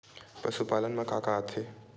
पशुपालन मा का का आथे?